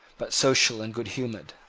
but social and goodhumoured.